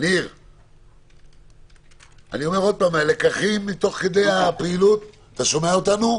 הנושא של אכיפת החוק והסדר הובהר.